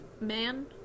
man